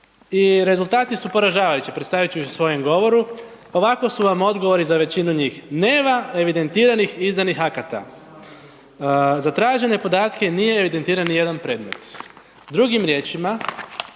i rezultati su ponižavajući, predstaviti ću ih u svojem govoru. Ovako su vam odgovori za većinu njih, nema evidentiranih i izdanih akata. Za tražene podatke, nije evidentiran ni jedan predmet. Drugim riječima,